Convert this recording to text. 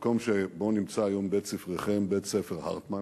במקום שבו נמצא היום בית-ספרכם, בית-הספר "הרטמן",